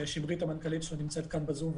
ששמרית המנכ"לית שלו נמצאת כאן בזום,